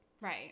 Right